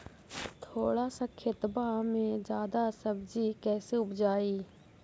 थोड़ा सा खेतबा में जादा सब्ज़ी कैसे उपजाई?